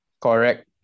Correct